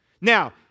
Now